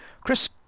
Chris